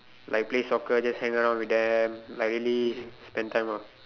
like play soccer just hang around with them like really spend time ah